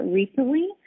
recently